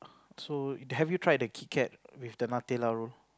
so have you tried the kit-kat with the Nutella roll